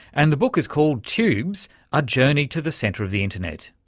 and the book is called tubes a journey to the centre of the internet.